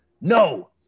No